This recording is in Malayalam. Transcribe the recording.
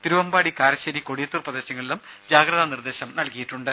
തിരുവമ്പാടി കാരശ്ശേരി കൊടിയത്തൂർ പ്രദേശങ്ങളിലും ജാഗ്രതാ നിർദ്ദേശം നൽകിയിട്ടുണ്ട്